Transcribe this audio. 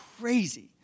crazy